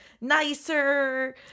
nicer